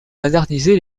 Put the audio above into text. moderniser